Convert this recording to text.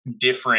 different